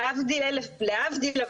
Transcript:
להבדיל,